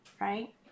right